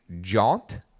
jaunt